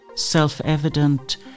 self-evident